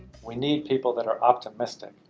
we need people that are optimistic.